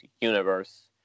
universe